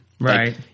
Right